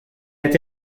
été